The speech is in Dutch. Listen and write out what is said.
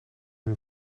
hun